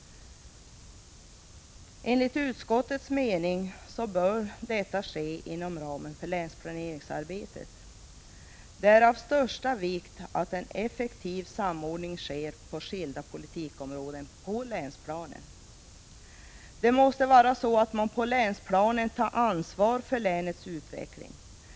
Enligt utskottets mening bör detta ske inom ramen för länsplaneringsarbetet. Det är av största vikt att en effektiv samordning sker på skilda politikområden på länsplanen. Det måste vara så att man på länsplanet tar 133 ansvar för länets utveckling.